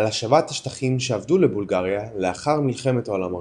על השבת השטחים שאבדו לבולגריה לאחר מלחמת העולם הראשונה.